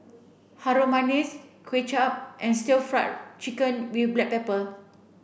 Harum Manis Kuay Chap and stir fried chicken with black pepper